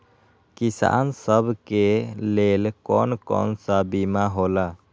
किसान सब के लेल कौन कौन सा बीमा होला?